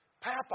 Papa